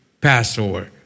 Passover